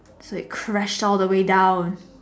so it crashed all the way down